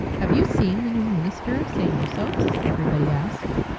have you seen the new minister of st. osoph's? everybody asked.